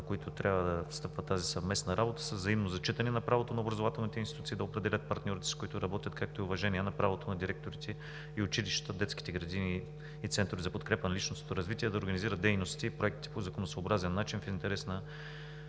които трябва да стъпва тази съвместна работа, са: взаимно зачитане на правото на образователните институции да определят партньорите, с които работят, както и уважение на правото на директорите на училища, детски градини и центрове за подкрепа на личностното развитие да организират дейности и проекти по законосъобразен начин в интерес на